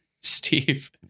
steve